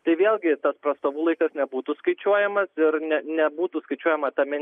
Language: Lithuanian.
tai vėlgi tas prastovų laikas nebūtų skaičiuojamas ir ne nebūtų skaičiuojama ta